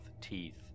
teeth